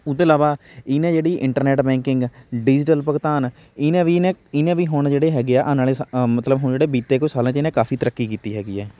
ਉਹਦੇ ਇਲਾਵਾ ਇਹਨੇ ਜਿਹੜੀ ਇੰਟਰਨੈੱਟ ਬੈਂਕਿੰਗ ਡਿਜੀਟਲ ਭੁਗਤਾਨ ਇਹਨੇ ਵੀ ਇਹਨੇ ਇਹਨੇ ਵੀ ਹੁਣ ਜਿਹੜੇ ਹੈਗੇ ਹੈ ਆਉਣ ਵਾਲੇ ਮਤਲਬ ਹੁਣ ਜਿਹੜੇ ਬੀਤੇ ਕੁਛ ਸਾਲਾਂ 'ਚ ਇਹਨੇ ਕਾਫ਼ੀ ਤਰੱਕੀ ਕੀਤੀ ਹੈਗੀ ਹੈ